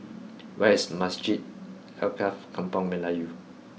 where is Masjid Alkaff Kampung Melayu